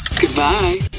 Goodbye